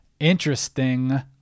interesting